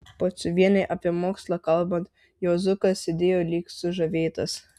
pociuvienei apie mokslą kalbant juozukas sėdėjo lyg sužavėtas